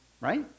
right